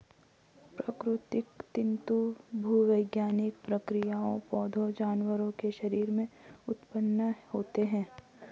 प्राकृतिक तंतु भूवैज्ञानिक प्रक्रियाओं, पौधों, जानवरों के शरीर से उत्पन्न होते हैं